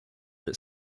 that